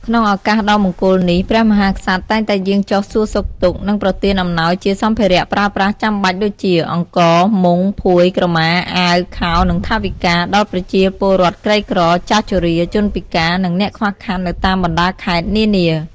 ក្នុងឱកាសដ៏មង្គលនេះ ព្រះមហាក្សត្រតែងតែយាងចុះសួរសុខទុក្ខ និងប្រទានអំណោយជាសម្ភារៈប្រើប្រាស់ចាំបាច់ដូចជា អង្ករ មុង ភួយ ក្រមា អាវ ខោ និងថវិកា ដល់ប្រជាពលរដ្ឋក្រីក្រ ចាស់ជរា ជនពិការ និងអ្នកខ្វះខាតនៅតាមបណ្តាខេត្តនានា។